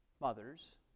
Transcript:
mothers